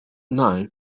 now